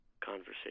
conversation